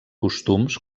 costums